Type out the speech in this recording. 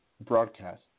broadcast